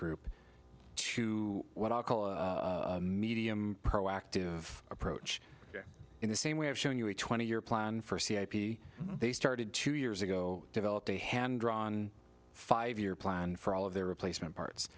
group to what i'll call medium proactive approach in the same way of showing you a twenty year plan for c h p they started two years ago developed a hand drawn five year plan for all of their replacement